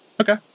Okay